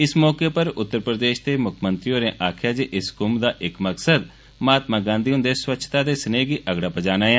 इस मौके उप्पर उत्तर प्रदेष दे मुक्खमंत्री होरें आखेआ जे इस कुंभ दा इक मकसद महात्मा गांधी हुंदे स्वच्छता दे स्नेह् गी अगड़ा पुजाना ऐ